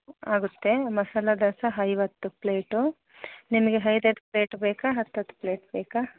ಆಗುತ್ತೆ ಮಸಾಲೆ ದೋಸೆ ಐವತ್ತು ಪ್ಲೇಟು ನಿಮಗೆ ಐದೈದು ಪ್ಲೇಟ್ ಬೇಕಾ ಹತ್ತತ್ತು ಪ್ಲೇಟ್ ಬೇಕಾ